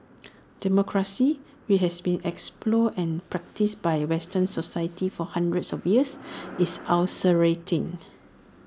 democracy which has been explored and practised by western societies for hundreds of years is ulcerating